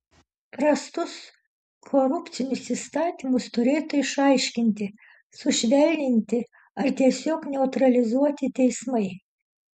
prastus korupcinius įstatymus turėtų išaiškinti sušvelninti ar tiesiog neutralizuoti teismai